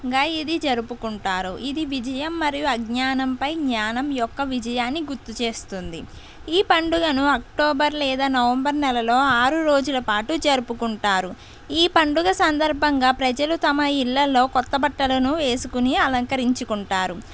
గా జరుపుకుంటారు ఇది విజయం మరియు అజ్ఞానం పై జ్ఞానం యొక్క విజయాన్ని గుర్తుచేస్తుంది ఈ పండుగను అక్టోబర్ లేదా నవంబర్ నెలలో ఆరు రోజుల పాటు జరుపుకుంటారు ఈ పండుగ సందర్బంగా ప్రజలు తమ ఇళ్ళలో కొత్త బట్టలను వేసుకొని అలంకరించుకుంటారు